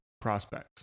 prospects